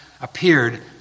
appeared